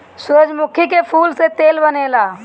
सूरजमुखी के फूल से तेल बनेला